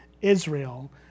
Israel